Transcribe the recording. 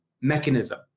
mechanism